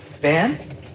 Ben